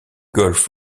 golf